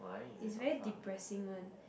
is very depressing one